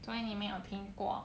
所以你没有听过